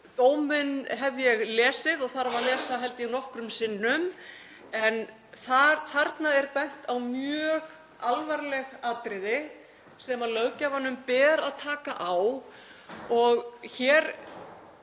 Dóminn hef ég lesið og þarf að lesa, held ég, nokkrum sinnum, en þarna er bent á mjög alvarleg atriði sem löggjafanum ber að taka á. Hér